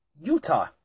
Utah